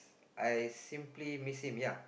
I simply miss him ya